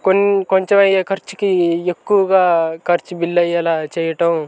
కొన్ని కొంచెం అయ్యే ఖర్చుకి ఎక్కువగా ఖర్చు బిల్లు అయ్యేలా చేయటం